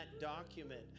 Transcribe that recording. document